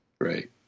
Right